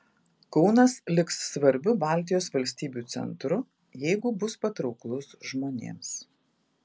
kaunas liks svarbiu baltijos valstybių centru jeigu bus patrauklus žmonėms